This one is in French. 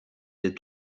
les